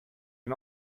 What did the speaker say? can